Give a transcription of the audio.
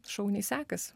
šauniai sekas